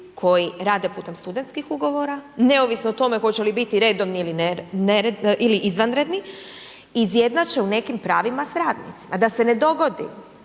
koji rade putem studentskih ugovora, neovisno o tome hoće li biti redovni ili izvanredni, izjednače u nekim pravima s radnicima. Da se ne dogodi,